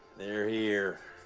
they're here.